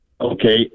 okay